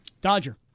Dodger